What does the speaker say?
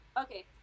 okay